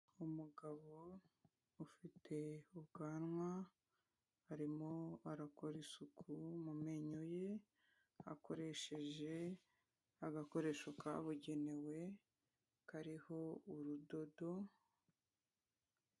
Umugabo ufite ubwanwa arimo arakora isuku mu menyo ye, akoresheje agakoresho kabugenewe kariho urudodo...